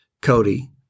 Cody